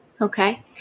Okay